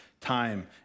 time